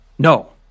No